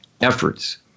efforts